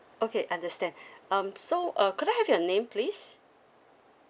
okay understand um so uh could I have your name please